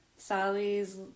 Sally's